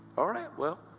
alright, well.